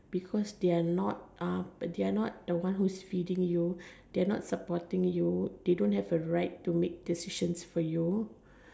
because they are not uh they are not the ones who is feeding you they are not supporting you they don't have a right to make decisions for you